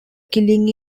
killing